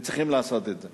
וצריכים לעשות את זה.